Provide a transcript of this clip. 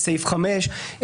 בסעיף 5,